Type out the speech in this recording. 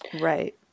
Right